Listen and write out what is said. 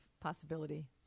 possibility